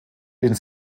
den